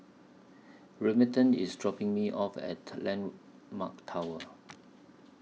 Remington IS dropping Me off At Landmark Tower